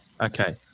okay